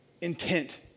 intent